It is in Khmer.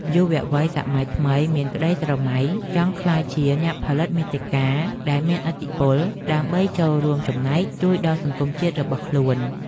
យុវវ័យសម័យថ្មីមានក្តីស្រមៃចង់ក្លាយជាអ្នកផលិតមាតិកាដែលមានឥទ្ធិពល ដើម្បីចូលរួមចំណែកជួយដល់សង្គមជាតិរបស់ខ្លួន។